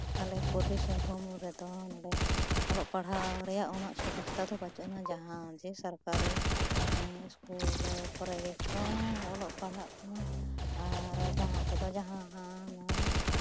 ᱟᱞᱮ ᱯᱩᱨᱵᱤ ᱥᱤᱝᱵᱷᱩᱢ ᱨᱮᱫᱚ ᱱᱚᱰᱮ ᱚᱞᱚᱜ ᱯᱟᱲᱦᱟᱣ ᱨᱮᱭᱟᱜ ᱩᱱᱟᱹᱜ ᱥᱩᱵᱤᱫᱷᱟ ᱫᱚ ᱵᱟᱹᱪᱩᱜ ᱟᱱᱟ ᱡᱟᱦᱟᱸ ᱡᱮ ᱥᱚᱨᱠᱟᱨᱤ ᱥᱠᱩᱞ ᱠᱚᱨᱮ ᱜᱮᱠᱚ ᱚᱞᱚᱜ ᱯᱟᱲᱦᱟᱜ ᱠᱟᱱᱟ ᱟᱨ ᱡᱟᱦᱟᱸ ᱛᱮᱫᱚ ᱡᱟᱦᱟᱸ ᱦᱟᱸᱜ ᱱᱚᱣᱟ